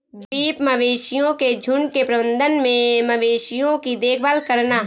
beef मवेशियों के झुंड के प्रबंधन में मवेशियों की देखभाल करना